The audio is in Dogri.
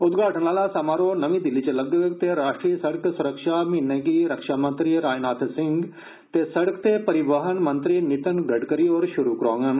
उदघाटन आहला समारोह नमी दिल्ली च लग्गौग ते राष्ट्रीय सडक स्रक्षा म्हीनें गी रक्षामंत्री राजनाथ सिह ते सडक ते परिवाहन मंत्री नितिन गडकरी होर शुरु कराङन